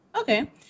okay